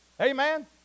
Amen